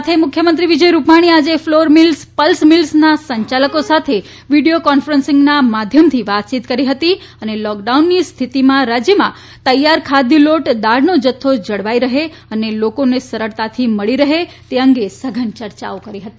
આ સાથે મુખ્યમંત્રી વિજય રૂપાણીએ આજે ફલોર મિલ્સ પલ્સ મિલ્સના સંયાલકો સાથે વીડીયો કોન્ફરન્સના માધ્યમથી વાતચીત કરી હતી અને લોક ડાઉનની સ્થિતિમાં રાજયમાં તૈયાર ખાદ્ય લોટ દાળનો જથ્થો જળવાઇ રહે તથા લોકોને સરળતાથી મળી રહે તે અંગે સઘન યર્ચાઓ કરી હતી